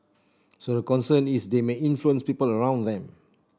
so the concern is they may influence people around them